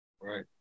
Right